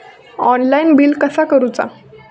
Online bill कसा करुचा?